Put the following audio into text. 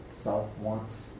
self-wants